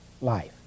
life